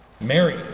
Mary